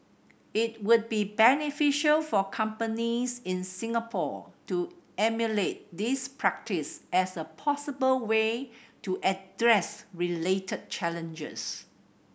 it would be beneficial for companies in Singapore to emulate this practice as a possible way to address related challenges